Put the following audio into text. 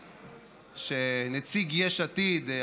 שנציג יש עתיד,